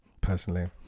personally